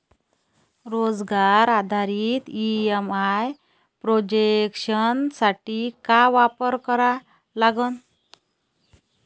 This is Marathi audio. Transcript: रोजगार आधारित ई.एम.आय प्रोजेक्शन साठी का करा लागन?